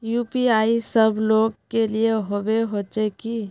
UPI सब लोग के लिए होबे होचे की?